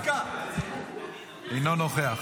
אינו נוכח.